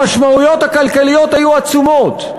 המשמעויות הכלכליות היו עצומות.